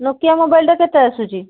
Nokia ମୋବାଇଲ୍ଟା କେତେ ଆସୁଛି